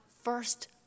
first